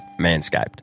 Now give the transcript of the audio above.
Manscaped